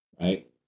right